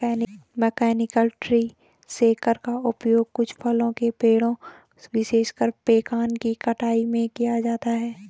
mechanical tree shaker का उपयोग कुछ फलों के पेड़ों, विशेषकर पेकान की कटाई में किया जाता है